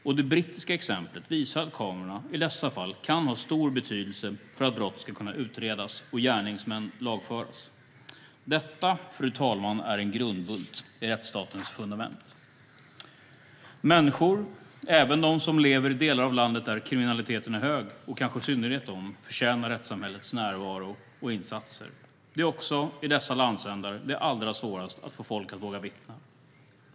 Och det brittiska exemplet visar att kamerorna i dessa fall kan ha stor betydelse för att brott ska kunna utredas och gärningsmän lagföras. Detta, fru talman, är en grundbult i rättsstatens fundament. Människor, även de som lever i delar av landet där kriminaliteten är hög - och kanske i synnerhet de - förtjänar rättssamhällets närvaro och insatser. Det är också i dessa landsändar som det är allra svårast att få folk att våga vittna.